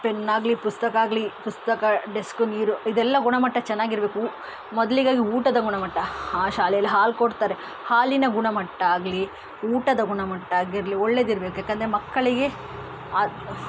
ಪೆನ್ನಾಗಲಿ ಪುಸ್ತಕ ಆಗಲಿ ಪುಸ್ತಕ ಡೆಸ್ಕ್ ನೀರು ಇದೆಲ್ಲ ಗುಣಮಟ್ಟ ಚೆನ್ನಾಗಿರಬೇಕು ಮೊದಲಿಗೆ ಊಟದ ಗುಣಮಟ್ಟ ಆ ಶಾಲೇಲಿ ಹಾಲು ಕೊಡ್ತಾರೆ ಹಾಲಿನ ಗುಣಮಟ್ಟ ಆಗಲಿ ಊಟದ ಗುಣಮಟ್ಟ ಆಗಿರಲಿ ಒಳ್ಳೆದಿರಬೇಕು ಏಕೆಂದ್ರೆ ಮಕ್ಕಳಿಗೆ